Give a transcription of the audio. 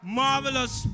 marvelous